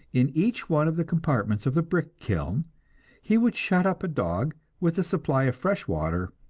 in each one of the compartments of the brick kiln he would shut up a dog with a supply of fresh water,